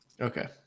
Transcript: Okay